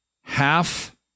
Half